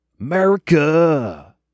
America